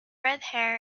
redhair